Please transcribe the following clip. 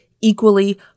equally